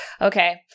Okay